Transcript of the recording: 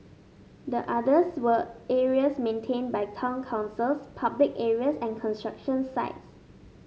the others were areas maintained by town councils public areas and construction sites